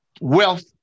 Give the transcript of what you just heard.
Wealth